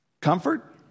Comfort